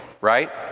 right